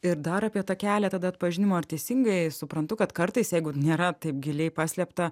ir dar apie tą kelią tada atpažinimo ar teisingai suprantu kad kartais jeigu nėra taip giliai paslėpta